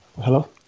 Hello